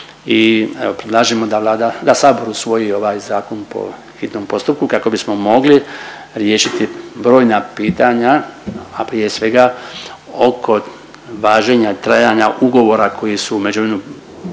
predlažemo da Sabor usvoji ovaj zakon po hitnom postupku kako bismo mogli riješiti brojna pitanja, a prije svega oko važenja trajanja ugovora koji su u međuvremenu